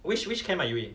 which which camp are you in